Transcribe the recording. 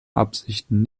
absichten